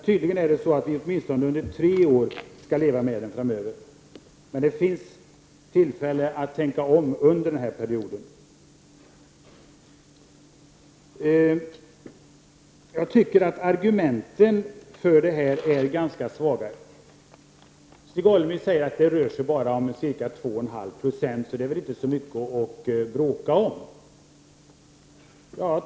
Tydligen skall vi under åtminstone tre år framöver leva med detta. Men det finns tillfälle att tänka om under den här perioden. Jag tycker att argumenten är ganska svaga. Stig Alemyr säger att det rör sig om bara ca 2,5 90 och att det inte är så mycket att bråka om.